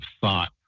thought